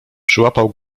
przyłapał